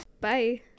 Bye